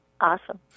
awesome